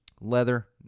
Leather